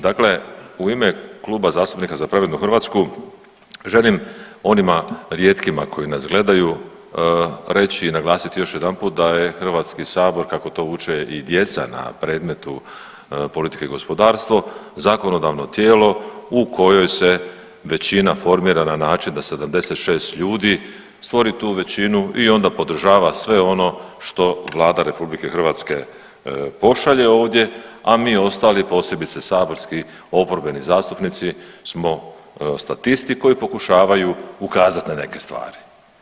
Dakle u ime Kluba zastupnika Za pravednu Hrvatsku želim onima rijetkima koji nas gledaju reći i naglasiti još jedanput da je Hrvatski sabor kako to uče i djeca na predmetu politika i gospodarstvo zakonodavno tijelo u kojoj se većina formira na način da 76 ljudi stvori tu većinu i onda podržava sve ono što Vlada RH pošalje ovdje, a mi ostali, posebice saborski oporbeni zastupnici smo statisti koji pokušavaju ukazati na neke stvari.